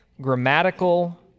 grammatical